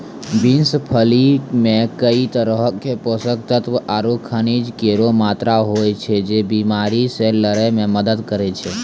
beans फली मे कई तरहो क पोषक तत्व आरु खनिज केरो मात्रा होय छै, जे बीमारी से लड़ै म मदद करै छै